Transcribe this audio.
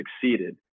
succeeded